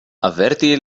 averti